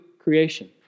creation